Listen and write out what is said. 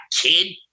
kid